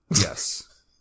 Yes